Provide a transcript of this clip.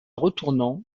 retournant